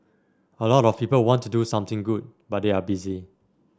a lot of people want to do something good but they are busy